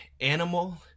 animal